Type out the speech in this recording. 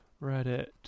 Reddit